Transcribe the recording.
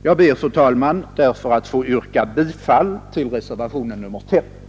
Jag ber därför, fru talman, att få yrka bifall till reservationen 5 av mig och herr Clarkson.